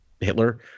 Hitler